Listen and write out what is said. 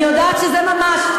אני יודעת שזה ממש.